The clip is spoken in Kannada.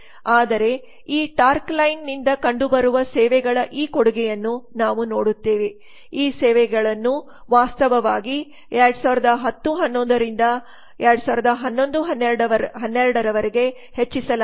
ಆದರೆ ಈ ಟಾರ್ಕ್ ಲೈನ್ನಿಂದ ಕಂಡುಬರುವ ಸೇವೆಗಳ ಈ ಕೊಡುಗೆಯನ್ನು ನಾವು ನೋಡುತ್ತೇವೆ ಈ ಸೇವೆಗಳನ್ನು ವಾಸ್ತವವಾಗಿ 2010 11 ರಿಂದ 2011 12 ರವರೆಗೆ ಹೆಚ್ಚಿಸಲಾಗಿದೆ